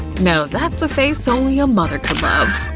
now that's a face only a mother could love.